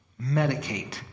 medicate